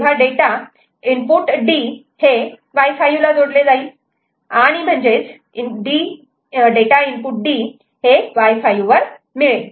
तेव्हा data input D हे Y5 ला जोडले जाईल म्हणजेच D इनपुट Y5 वर मिळेल